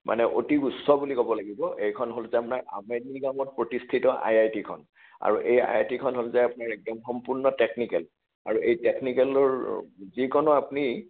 মানে অতি উচ্চ বুলি ক'ব লাগিব এইখন হৈছে আপোনাৰ আমিনগাঁৱত প্ৰতিস্থিত আই আই টিখন আৰু এই আই আই টিখন হ'ল যে একদম সম্পূৰ্ণ টেকনিকেল আৰু এই টেকনিকেলৰ যিকোনো আপুনি